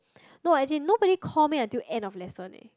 no as in nobody call me until end of lesson eh